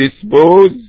dispose